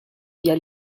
via